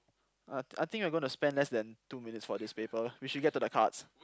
uh I think you're going to spend less than two minutes for this paper we should get to the cards